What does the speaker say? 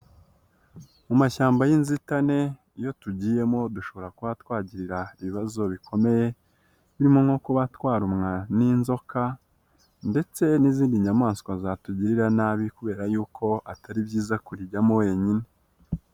Mu mashyamba y'inzitane iyo tugiyemo dushobora kuba twagirira ibibazo bikomeye, birimo nko kuba twarumwa n'inzoka, ndetse n'izindi nyamaswa zatugirira nabi kubera yuko atari byiza kurijyamo wenyine.